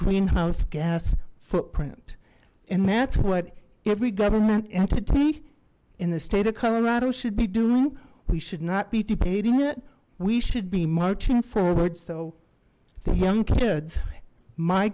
greenhouse gas footprint and that's what every government entity in the state of colorado should be doing we should not be debating it we should be marching forward so the young kids my